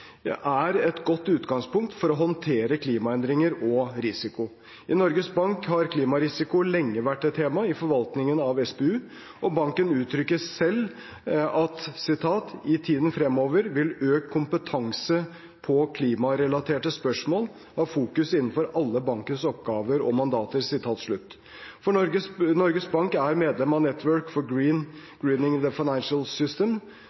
er et godt utgangspunkt for å håndtere klimaendringer og risiko. I Norges Bank har klimarisiko lenge vært et tema i forvaltningen av SPU, og banken uttrykker selv at «i tiden fremover vil økt kompetanse på klimarelaterte spørsmål ha fokus innenfor alle bankens oppgaver og mandater». Norges Bank er medlem av Network for Greening the Financial System,